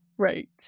right